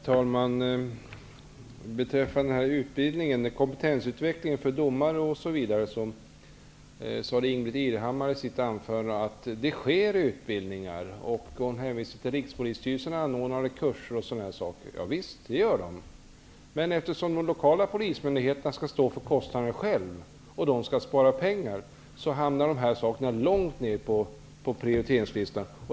Herr talman! Beträffande kompetensutveckling för domare m.fl. sade Ingbritt Irhammar att det sker utbildning, och hon hänvisade bl.a. till att Rikspolisstyrelsen anordnar kurser. Ja visst, men eftersom de lokala polismyndigheterna skall stå för kostnaderna själva och de skall spara pengar, hamnar de här sakerna långt ner på prioriteringslistan.